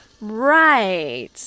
Right